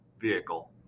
vehicle